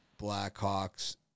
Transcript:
Blackhawks